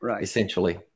essentially